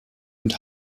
und